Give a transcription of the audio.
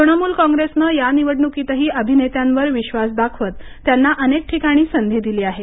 तृणमूल कॉंग्रेसने या निवडणुकीतही अभिनेत्यांवर विश्वास दाखवत त्यांना अनेक ठिकाणी संधी दिली आहे